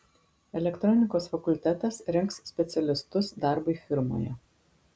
elektronikos fakultetas rengs specialistus darbui firmoje